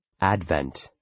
Advent